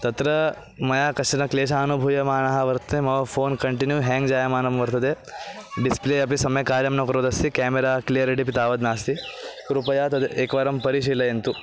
तत्र मया कश्चन क्लेशः अनुभूयमानः वर्तते मम फ़ोन् कण्टिन्यू हेङ्ग् जायमानं वर्तते डिस्प्ले अपि सम्यक् कार्यं न कुर्वदस्ति केमेरा क्लियरिटि अपि तावत् नास्ति कृपया तत् एकवारं परिशीलयन्तु